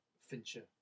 Fincher